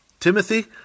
Timothy